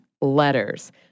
letters